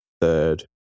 third